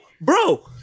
bro